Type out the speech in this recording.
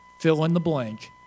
fill-in-the-blank